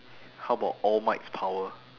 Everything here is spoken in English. how about all might's power